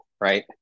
right